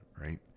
right